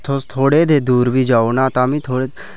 थोह्ड़े थोह्ड़े ते दूर बी जाओ न तां बी